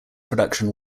production